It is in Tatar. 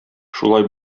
шулай